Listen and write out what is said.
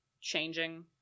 changing